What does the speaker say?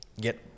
get